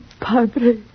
padre